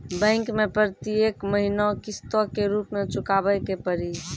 Bank मैं प्रेतियेक महीना किस्तो के रूप मे चुकाबै के पड़ी?